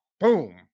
Boom